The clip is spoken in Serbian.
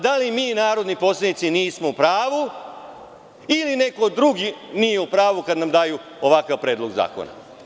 Da li mi narodni poslanici nismo u pravu ili neko drugi nije u pravu kada nam daju ovakav predlog zakona?